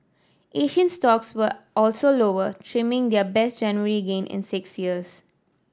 Asian stocks were also lower trimming their best January gain in six years